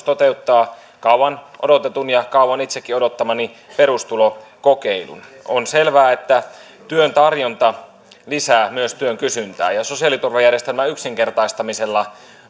toteuttaa kauan odotetun ja kauan itsekin odottamani perustulokokeilun on selvää että työn tarjonta lisää myös työn kysyntää ja sosiaaliturvajärjestelmän yksinkertaistamisella